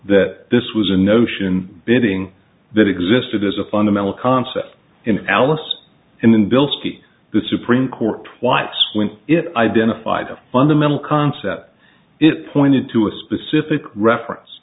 that this was a notion bidding that existed as a fundamental concept in alice in bilski the supreme court twice when it identified a fundamental concept it pointed to a specific reference